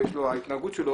ההתנהגות שלו,